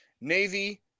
Navy